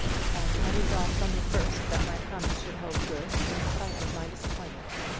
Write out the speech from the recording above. and i resolved from the first that my promise should hold good in spite of my disappointment.